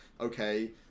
okay